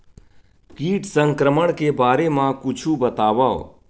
कीट संक्रमण के बारे म कुछु बतावव?